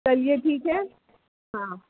चलिए ठीक है हाँ